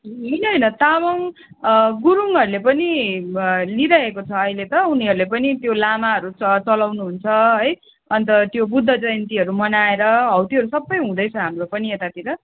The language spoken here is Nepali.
होइन होइन तामाङ गुरुङहरूले पनि लिइरहेको छ अहिले त उनीहरूले पनि त्यो लामाहरू चलाउनुहुन्छ है अन्त त्यो बुद्धजयन्तीहरू मनाएर हौ त्योहरू सबै हुँदैछ हाम्रो पनि यतातिर